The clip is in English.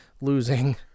losing